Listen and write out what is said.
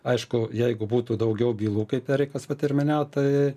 aišku jeigu būtų daugiau bylų kaip erikas vat ir minėjo tai